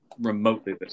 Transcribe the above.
remotely